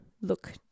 look